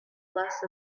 less